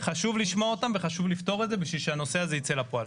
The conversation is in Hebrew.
חשוב לשמוע אותם וחשוב לפתור את זה בשביל שהנושא הזה ייצא לפועל.